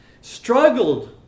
struggled